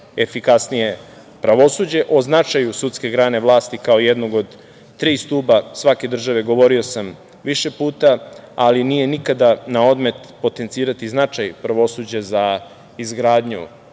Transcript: efikasnije pravosuđe.O značaju sudske grane vlasti, kao jednog od tri stuba svake države govorio sam više puta, ali nije nikada na odmet potencirati značaj pravosuđa za izgradnju